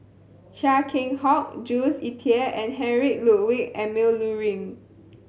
Chia Keng Hock Jules Itier and Heinrich Ludwig Emil Luering